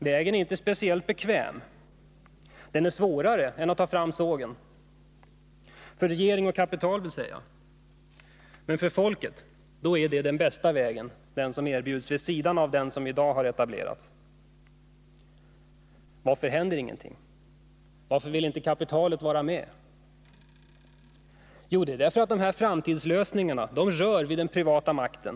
Vägen är inte speciellt bekväm. Den är svårare än att ta till sågen — dvs. för regering och kapital. Men för folket är den väg som erbjuds vid sidan av den som i dag har etablerats den bästa. Varför händer inget — varför vill inte kapitalet vara med? Jo, därför att dessa framtidslösningar rör vid den privata makten.